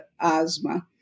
asthma